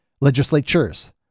legislatures